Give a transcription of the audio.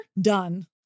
Done